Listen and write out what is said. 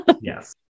yes